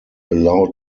allowed